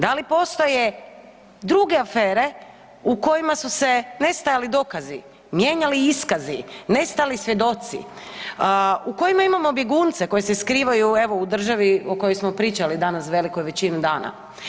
Da li postoje druge afere u kojima su nestajali dokazi, mijenjali iskazi, nestali svjedoci, u kojima imamo bjegunce koji se skrivaju evo u državi o kojoj smo pričali danas u velikoj većini dana?